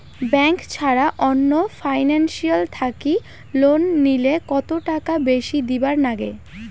Bank ছাড়া অন্য financial থাকি লোন নিলে কতটাকা বেশি দিবার নাগে?